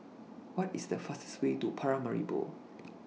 What IS The fastest Way to Paramaribo